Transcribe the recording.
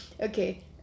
Okay